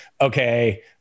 okay